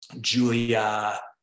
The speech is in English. Julia